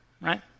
right